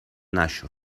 نشو